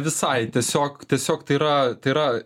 visai tiesiog tiesiog tai yra tai yra